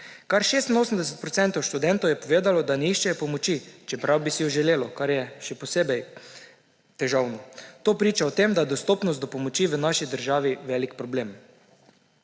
Kar 86 odstotkov študentov je povedalo, da ne iščejo pomoči, čeprav bi si jo želelo, kar je še posebej težavno. To priča o tem, da je dostopnost do pomoči v naši državi velik problem.